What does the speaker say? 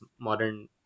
modern